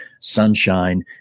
sunshine